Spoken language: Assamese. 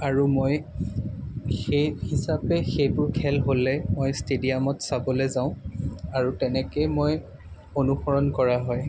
আৰু মই সেই হিচাপে সেইবোৰ খেল হ'লে মই ষ্টেডিয়ামত চাবলৈ যাওঁ আৰু তেনেকৈ মই অনুসৰণ কৰা হয়